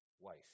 Wife